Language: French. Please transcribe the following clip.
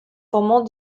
formant